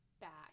back